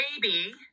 baby